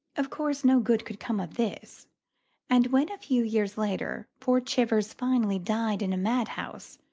of course no good could come of this and when, a few years later, poor chivers finally died in a madhouse,